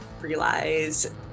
realize